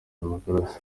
demokarasi